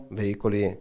veicoli